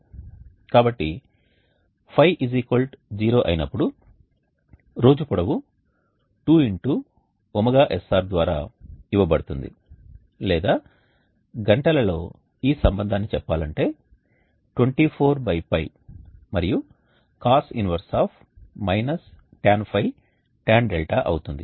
కాబట్టి ϕ0 అయినప్పుడు రోజు పొడవు 2 X ωsr ద్వారా ఇవ్వబడుతుంది లేదా గంటలలో ఈ సంబంధాన్ని చెప్పాలంటే 24π మరియు cos 1 tan ϕ tan δ అవుతుంది